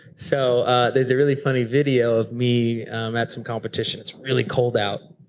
so ah there's a really funny video of me um at some competition. it's really cold out,